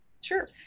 Sure